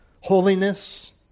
holiness